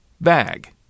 bag